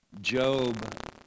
Job